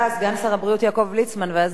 ואז נדע מה החליטו בוועדת שרים.